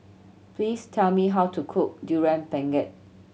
please tell me how to cook Durian Pengat